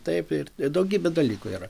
taip ir daugybė dalykų yra